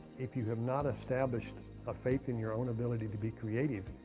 if you have not established a faith in your own ability to be creative,